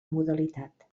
modalitat